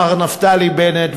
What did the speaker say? מר נפתלי בנט,